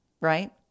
right